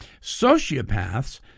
sociopaths